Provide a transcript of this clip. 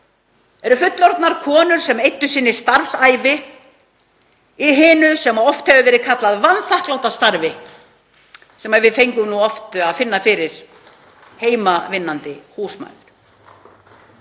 eru fullorðnar konur sem eyddu sinni starfsævi í það sem oft hefur verið kallað vanþakklátt starf og við fengum nú oft að finna fyrir sem heimavinnandi húsmæður.